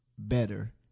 better